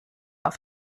auf